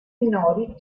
minori